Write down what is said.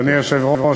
אדוני היושב-ראש,